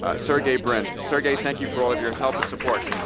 ah sergey brin. sergey, thank you for all of your help and support.